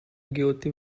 guilty